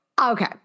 okay